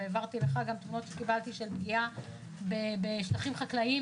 והעברתי לך גם תמונות שקיבלתי של פגיעה בשטחים חקלאיים.